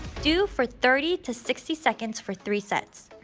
do for thirty to sixty seconds for three sets.